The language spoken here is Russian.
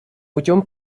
путем